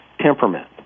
temperament